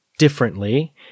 differently